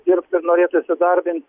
dirbt ir norėtų įsidarbint